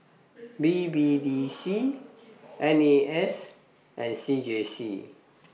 B B D C N A S and C J C